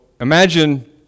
imagine